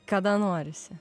kada norisi